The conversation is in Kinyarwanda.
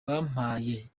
bampaye